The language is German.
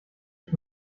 ich